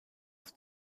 aus